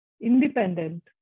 independent